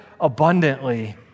abundantly